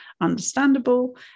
understandable